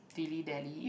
dilly-dally